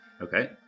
Okay